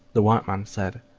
the white man said.